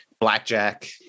Blackjack